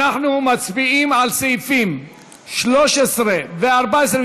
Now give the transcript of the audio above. אנחנו מצביעים על סעיפים 13 ו-14,